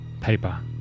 paper